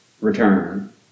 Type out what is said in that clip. return